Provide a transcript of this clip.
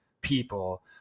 people